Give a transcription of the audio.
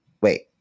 Wait